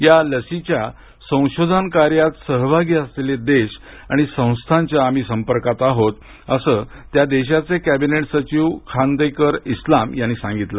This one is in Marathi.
या लशीच्या संशोधन कार्यात सहभागी असलेले देश आणि संस्थांच्या आम्ही संपर्कात आहोत असं त्या देशाचे कॅबिनेट सचिव खांदेकर इस्लाम यांनी सांगितलं